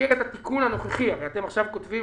שבמסגרת התיקון הנוכחי הרי אתם עכשיו מחליפים